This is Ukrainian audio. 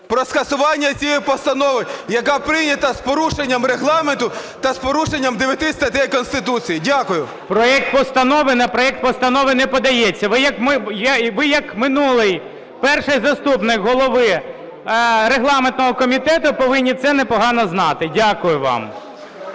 про скасування цієї постанови, яка прийнята з порушенням Регламенту та з порушенням 9 статей Конституції. ГОЛОВУЮЧИЙ. Проект постанови на проект постанови не подається. Ви як минулий перший заступник голови регламентного комітету повинні це непогано знати. Дякую вам.